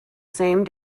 same